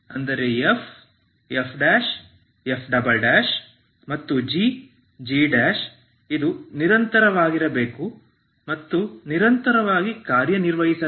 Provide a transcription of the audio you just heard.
ಅಂದರೆ f f f ಮತ್ತು g g ಇದು ನಿರಂತರವಾಗಿರಬೇಕು ಮತ್ತು ನಿರಂತರವಾಗಿ ಕಾರ್ಯನಿರ್ವಹಿಸಬೇಕು